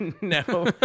No